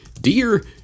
Dear